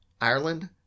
Ireland